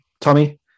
Tommy